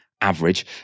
average